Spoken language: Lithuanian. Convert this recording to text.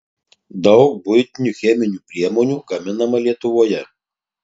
daug buitinių cheminių priemonių gaminama lietuvoje